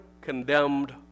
condemned